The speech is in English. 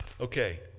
Okay